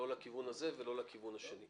לא לכיוון הזה ולא לכיוון השני.